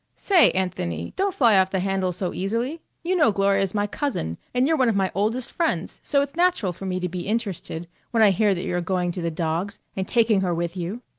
say, anthony, don't fly off the handle so easily! you know gloria's my cousin, and you're one of my oldest friends, so it's natural for me to be interested when i hear that you're going to the dogs and taking her with you.